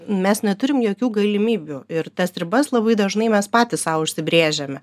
mes neturim jokių galimybių ir tas ribas labai dažnai mes patys sau užsibrėžiame